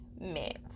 met